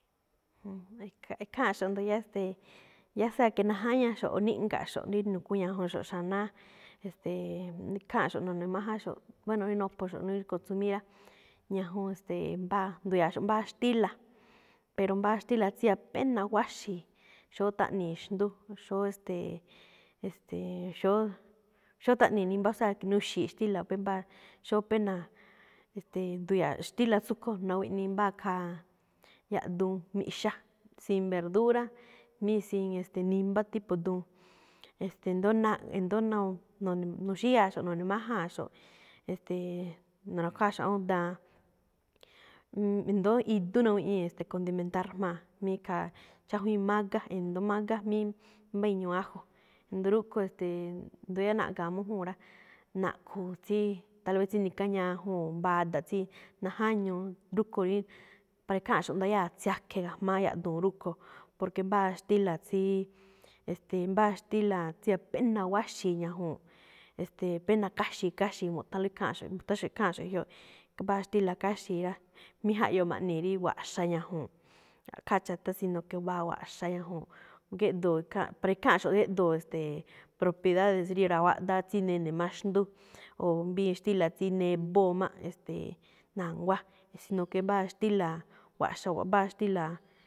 Ekháanꞌxo̱ꞌ ndu̱ya̱á, e̱ste̱e̱, ya sea que najáñaxo̱ꞌ o níꞌnga̱ꞌxo̱ꞌ rí nukúñajunxo̱ꞌ xanáá, e̱ste̱e̱, kháanꞌxo̱ꞌ no̱ne̱májánxo̱ꞌ, bueno rí nophoxo̱ꞌ rí cons ir rá, ñajuun e̱ste̱e̱, mbáa ndu̱ya̱a̱xo̱ꞌ mbáa xtíla̱, pero mbáa xtíla tsí apena wáxi̱i̱, xóó táꞌnii̱ xndú, xóó, e̱ste̱e̱, e̱ste̱e̱, xóó, xóó táꞌnii̱ nimbá, o sea que nuxi̱i̱ xtíla̱, mbáa xóo péna̱, e̱stee̱ tuya̱a̱ xtíla̱ tsuꞌkho̱ no̱wiꞌnii mbáa khaa yaꞌduun miꞌxá, sin verdura, mí sin nimbá tipo duun, e̱ste̱e̱ ndo̱ó náa e̱ndo̱ó no̱-no̱xíya̱a̱xo̱ꞌ no̱ne̱májánxo̱ꞌ. E̱ste̱e̱, na̱ra̱khuáaxo̱ꞌ awúun daan, e̱ndo̱ó idú nawiꞌñíi̱ condimentar jmá̱a, mí ikhaa chájwíin mágá, e̱ndo̱ó mágá jmí mbá iñuu ajo, ndo̱ó rúꞌkhue̱n. E̱ste̱e̱, ndóo yáá naꞌga̱a̱ mújúu̱n rá, naꞌku̱u̱ tsí, tal vez, tsí ni̱káñajun o mbáa ada̱ tsí najáñuu, rúꞌkho̱ rí para ekháanꞌxo̱ꞌ ndayáa̱ tsiakhe̱ ga̱jma̱á yaꞌduun rúꞌkho̱ꞌ. Porque mbáa xtíla̱ tsí, e̱ste̱e̱, mbáa xtíla̱ tsí apena wáxi̱i̱ ñajuu̱nꞌ. E̱ste̱e̱ pena káxi̱i̱, káxi̱i̱ mu̱ꞌthánlóꞌ kháanꞌxo̱ꞌ, nu̱tha̱nxo̱ꞌ kháanꞌxo̱ꞌ e̱jyoꞌ, mbáa xtíla̱ káxi̱i̱ rá, mí jaꞌyoo ma̱ꞌnii̱ rí wa̱ꞌxa ñajuu̱nꞌ, ra̱ꞌkháa cha̱tá, sino que mbáa wa̱ꞌxa ñajuu̱nꞌ. Géꞌdoo̱ kháanꞌ para ekháanꞌxo̱ꞌ géꞌdoo̱, e̱ste̱e̱, propiedades rí ra̱wáꞌdáá tsí nene̱ máꞌ xndú, o mbíin xtíla̱ tsí nebóo máꞌ, e̱ste̱e̱, na̱nguá, sino que mbáa xtíla̱ wa̱ꞌxa, wa̱ꞌ-mbáa xtíla̱.